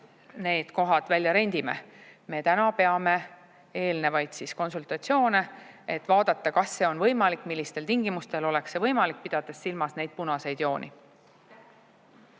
need kohad välja rendime. Me peame eelnevaid konsultatsioone, et vaadata, kas see on võimalik ja millistel tingimustel oleks see võimalik, pidades silmas neid punaseid jooni.